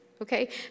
Okay